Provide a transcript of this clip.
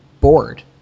bored